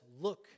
look